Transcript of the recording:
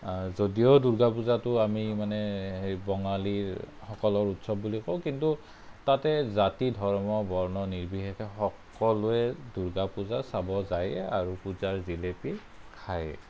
যদিও দুৰ্গা পূজাটো আমি মানে হেৰি বঙালীসকলৰ উৎসৱ বুলি কওঁ কিন্তু তাতে জাতি ধৰ্ম বৰ্ণ নিৰ্বিশেষে সকলোৱে দুৰ্গা পূজা চাবলৈ যায়েই আৰু পূজাৰ জেলেপী খায়েই